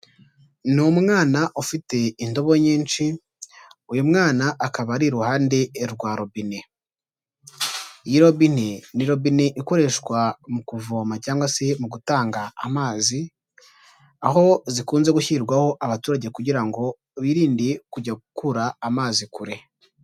Ni umwana ufite indobo nyinshi uyu mwana akaba ari iruhande rwa robine, iyi robine ni robine ikoreshwa mu kuvoma cyangwa se mu gutanga amazi, aho zikunze gushyirirwaho abaturage kugira ngo birinde kujya gukura amazi kure.